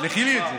תשלחי לי את זה.